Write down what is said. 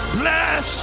bless